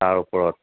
তাৰ ওপৰত